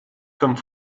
comme